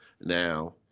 Now